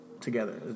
together